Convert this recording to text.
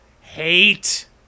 hate